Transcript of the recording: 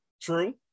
True